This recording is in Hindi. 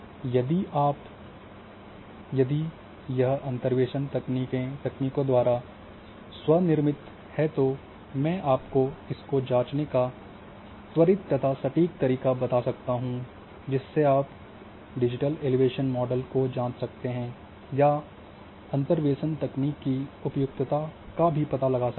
यदि यह अंतर्वेशन तकनीकों द्वारा स्व निर्मित तो मैं आपको इसको जाँचने का त्वरित तथा सटीक तरीका बता सकता हूं जिससे आप डिजिटल एलिवेशन मॉडल को जाँच सकते हैं या अंतर्वेशन तकनीक की उपयुक्तता का भी पता लगा सकते हैं